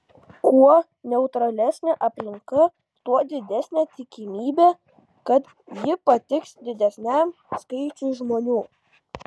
kuo neutralesnė aplinka tuo didesnė tikimybė kad ji patiks didesniam skaičiui žmonių